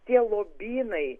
tie lobynai